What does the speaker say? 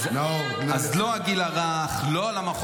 נאור, נא לסיים.